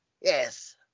Yes